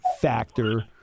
factor